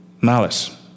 Malice